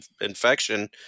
infection